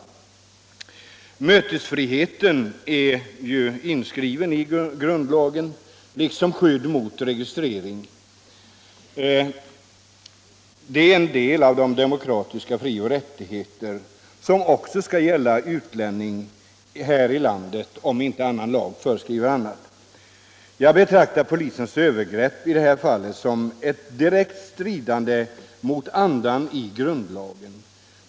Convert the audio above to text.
Mötesfriheten är ju inskriven i grundlagen — liksom skyddet mot registrering. Det är en del av de demokratiska frioch rättigheter som skall gälla också för utlänningar här i landet, om inte annan lag föreskriver annat. Jag betraktar polisens övergrepp i det här fallet som direkt stridande 1 mot andan i grundlagen.